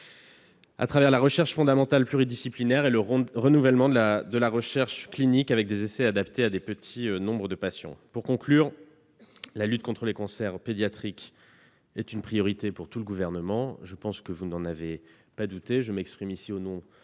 grâce à la recherche fondamentale pluridisciplinaire et au renouvellement de la recherche clinique avec des essais adaptés à de petits nombres de patients. Pour conclure, la lutte contre les cancers pédiatriques est une priorité pour l'ensemble du Gouvernement- je pense que vous n'en avez pas douté. Je m'exprime ici au nom d'Agnès